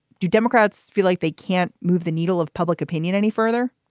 do democrats feel like they can't move the needle of public opinion any further?